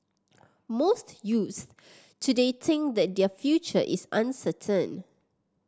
most youths today think that their future is uncertain